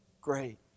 great